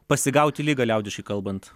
pasigauti ligą liaudiškai kalbant